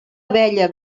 abella